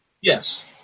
Yes